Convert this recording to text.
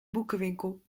boekenwinkel